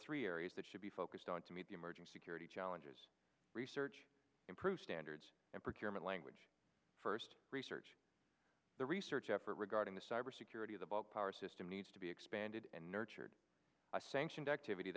three areas that should be focused on to meet the emerging security challenges research improve standards and procurement language first research the research effort regarding the cyber security of the bulk power system needs to be expanded and nurtured by saying activity